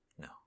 No